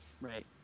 Right